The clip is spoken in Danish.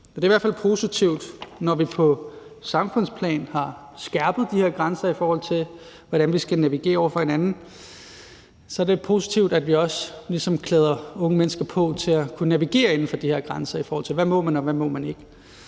Det er i hvert fald positivt, når vi på samfundsplan har skærpet de her grænser, i forhold til hvordan vi skal navigere over for hinanden, og så er det positivt, at vi også ligesom klæder unge mennesker på til at kunne navigere inden for de her grænser, i forhold til hvad man må og ikke